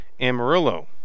amarillo